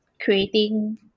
creating